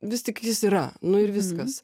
vis tik jis yra nu ir viskas